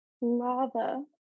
lava